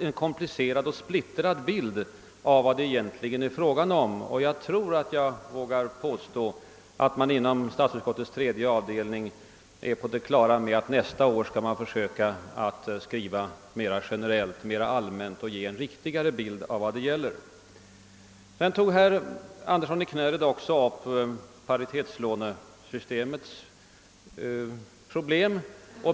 en komplicerad och splittrad bild av vad det egentligen är fråga om. Jag tror jag vågar påstå, att statsutskottets tredje avdelning nästa år kommer att försöka skriva mera generellt för att ge en riktigare bild av vad saken gäller. Herr Andersson i Knäred belyste ytterligare paritetslånesystemets problem.